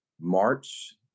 March